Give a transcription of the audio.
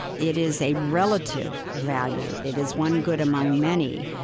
it is a relative value. it is one good among many.